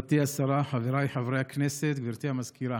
מכובדתי השרה, חבריי חברי הכנסת, גברתי המזכירה,